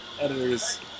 editors